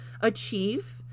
achieve